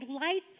lights